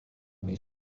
mais